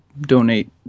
donate